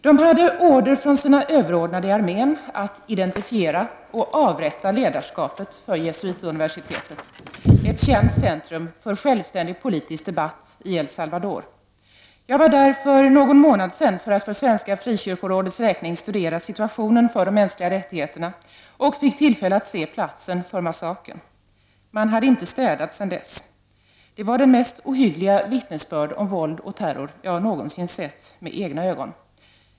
De hade order från sina överordnade i armén att identifiera och avrätta ledarskapet för jesuituniversitetet, ett känt centrum för självständig politisk debatt i El Salvador. Jag var där för någon månad sedan för att för Svenska frikyrkorådets räkning studera situationen för de mänskliga rättigheterna och fick tillfälle att se platsen för massakern. Man hade inte städat sedan dess. Det var det mest ohyggliga vittnesbörd om våld och terror som jag någonsin sett med egna ögon.